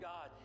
God